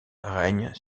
règne